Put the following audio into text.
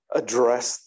address